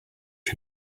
you